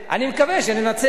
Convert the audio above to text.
אני מקווה שננצח.